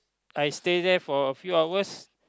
I stay there for a few hours